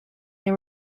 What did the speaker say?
they